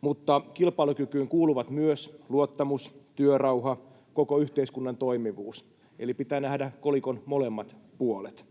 mutta kilpailukykyyn kuuluvat myös luottamus, työrauha ja koko yhteiskunnan toimivuus, eli pitää nähdä kolikon molemmat puolet.